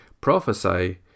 Prophesy